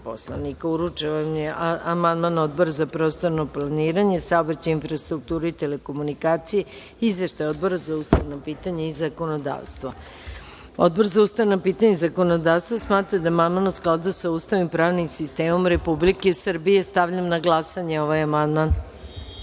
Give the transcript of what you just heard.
vam je amandman Odbora za prostorno planiranje, saobraćaj, infrastrukturu i telekomunikacije, izveštaj Odbora za ustavna pitanja i zakonodavstvo. Odbor za ustavna pitanja i zakonodavstvo smatra da je amandman u skladu sa Ustavom i pravnim sistemom Republike Srbije. Stavljam na glasanje ovaj